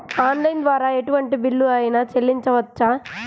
Online ద్వారా ఎటువంటి bill అయినా చెల్లించవచ్చా?